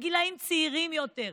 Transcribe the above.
בגילים צעירים יותר,